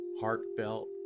heartfelt